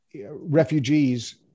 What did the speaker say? refugees